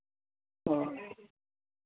ᱦᱳᱭ